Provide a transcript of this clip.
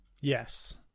Yes